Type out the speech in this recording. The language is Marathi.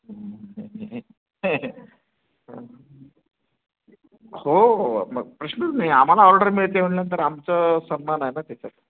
हो नाही नाही नाही नाही हो हो हो प्रश्नच नाही आम्हाला ऑर्डर मिळते म्हटल्यानंतर आमचं सन्मानच आहे ना त्याच्यात